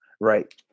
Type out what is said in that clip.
right